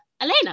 Elena